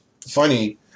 funny